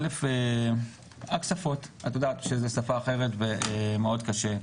א', השפות, את יודעת, כשזאת שפה אחרת זה מאוד קשה.